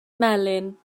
melyn